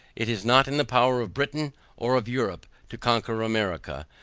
it is not in the power of britain or of europe to conquer america,